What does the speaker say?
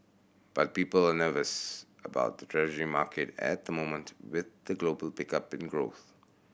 but people are nervous about the Treasury market at the moment with the global pickup in growth